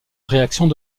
réactions